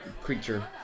creature